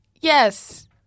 Yes